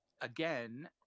again